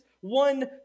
one